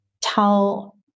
tell